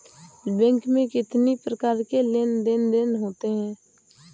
Bank में कितनी प्रकार के लेन देन देन होते हैं?